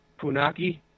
Punaki